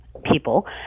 people